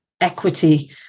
equity